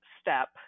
step